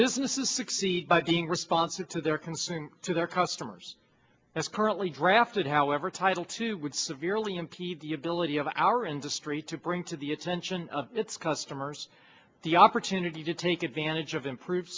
businesses succeed by being responsive to their consuming to their customers as currently drafted however title two would severely impede the ability of our industry to bring to the attention of its customers the opportunity to take advantage of improve